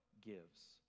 gives